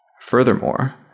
Furthermore